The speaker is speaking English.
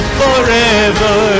forever